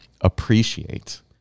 appreciate